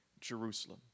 Jerusalem